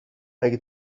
مگه